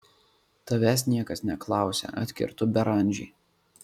tavęs niekas neklausia atkirto beranžė